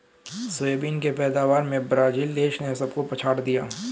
soybean की पैदावार में ब्राजील देश ने सबको पछाड़ दिया